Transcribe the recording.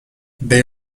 they